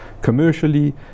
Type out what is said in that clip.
Commercially